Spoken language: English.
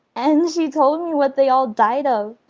and she told me what they all died of,